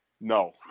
no